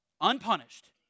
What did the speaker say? unpunished